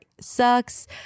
sucks